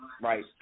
Right